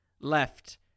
left